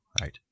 right